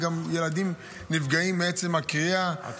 ילדים גם נפגעים מעצם הקריאה שהם